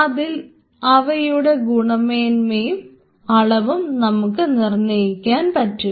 അതിൽ അവയുടെ ഗുണമേന്മയും അളവും നമുക്ക് നിർണ്ണയിക്കാൻ പറ്റും